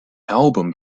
album